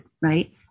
right